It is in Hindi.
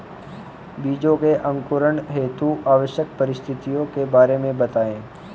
बीजों के अंकुरण हेतु आवश्यक परिस्थितियों के बारे में बताइए